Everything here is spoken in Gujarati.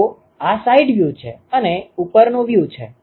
તો આ સાઇડ વ્યૂ છે અને આ ઉપરનું વ્યુ છે